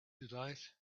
delight